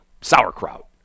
sauerkraut